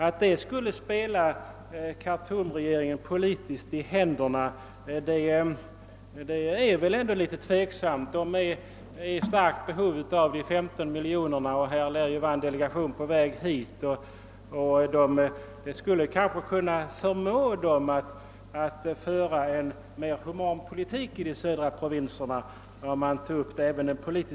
Att det skulle spela regeringen i Khartoum i händerna politiskt är väl ändå tveksamt — den är dock i starkt behov av de 15 miljonerna. En delegation lär vara på väg hit, och om frågan toges upp även den politiska vägen kanske regeringen där nere skulle kunna förmås att inse att den bör föra en mer human politik i de södra provinserna.